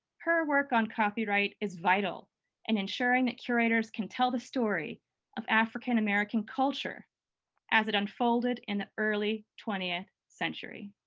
her work on copyright is vital in ensuring that curators can tell the story of african-american culture as it unfolded in the early twentieth century.